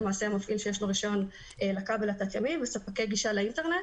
למעשה מפעיל שיש לו רישיון לכבל התת ימי וספקי גישה לאינטרנט.